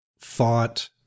thought